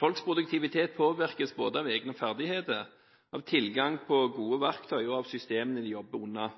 Folks produktivitet påvirkes både av egne ferdigheter, av tilgang på gode verktøy og av systemene de jobber under.